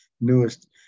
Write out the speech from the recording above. newest